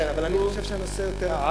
כן, אבל אני חושב שהנושא יותר רחב.